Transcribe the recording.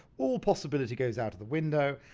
all possibility goes out the window,